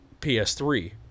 PS3